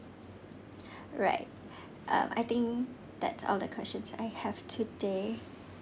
right um I think that's all the questions I have today